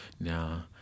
now